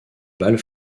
balle